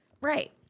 Right